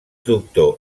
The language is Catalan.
doctor